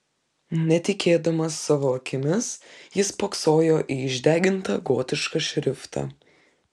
netikėdamas savo akimis jis spoksojo į išdegintą gotišką šriftą